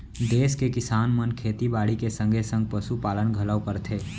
देस के किसान मन खेती बाड़ी के संगे संग पसु पालन घलौ करथे